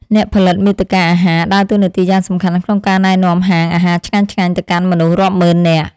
អ្នកផលិតមាតិកាអាហារ ដើរតួនាទីយ៉ាងសំខាន់ក្នុងការណែនាំហាងអាហារឆ្ងាញ់ៗទៅកាន់មនុស្សរាប់ម៉ឺននាក់។